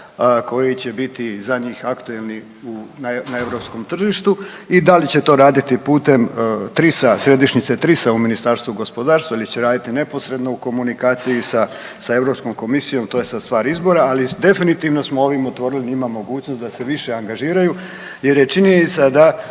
koji će biti za njih aktualni u, na europskom tržištu i da li će to raditi putem TRIS-a, središnjice TRIS-a u Ministarstvu gospodarstva ili će raditi neposredno u komunikaciji sa, sa Europskom komisijom to je sad stvar izbora, ali definitivno smo ovim otvorili njima mogućnost da se više angažiraju jer je činjenica da